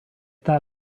that